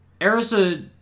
erisa